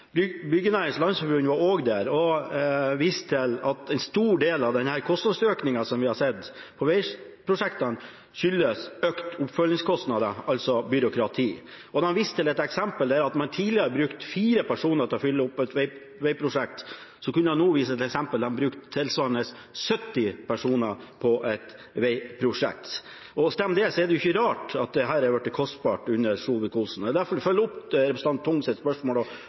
var også der og viste til at en stor del av den kostnadsøkningen som vi har sett for vegprosjektene, skyldes økte oppfølgingskostnader, altså byråkrati. De viste til et eksempel: Der man tidligere brukte fire personer til å dekke et vegprosjekt, kunne en nå vise til et tilsvarende eksempel der en brukte 70 personer på et vegprosjekt. Stemmer det, er det ikke rart at det har blitt kostbart under Solvik-Olsen. Jeg vil derfor følge opp representanten Tungs spørsmål og